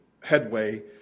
headway